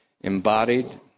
embodied